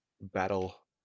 battle